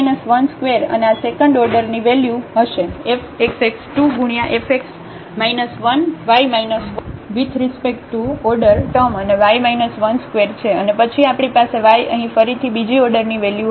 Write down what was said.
તેથી ² અને આ સેકન્ડ ઓર્ડરની વેલ્યુ હશે f xx 2 ગુણ્યા fx 1 y 1 with respect to order term અને y 1 ² છે અને પછી આપણી પાસે y અહીં ફરીથી બીજી ઓર્ડરની વેલ્યુ હશે